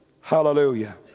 Hallelujah